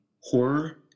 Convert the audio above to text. Horror